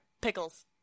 pickles